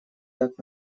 так